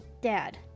dad